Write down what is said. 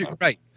Right